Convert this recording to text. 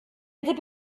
était